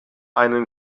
einen